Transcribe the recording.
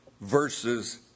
versus